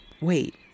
Wait